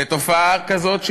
ותופעה כזאת,